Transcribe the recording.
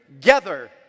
together